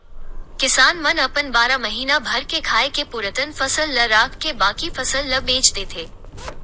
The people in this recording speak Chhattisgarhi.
किसान मन अपन बारा महीना भर के खाए के पुरतन फसल ल राखके बाकी फसल ल बेच देथे